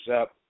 up